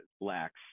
lacks